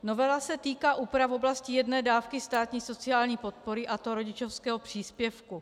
Novela se týká úprav v oblasti jedné dávky státní sociální podpory, a to rodičovského příspěvku.